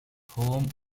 home